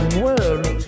world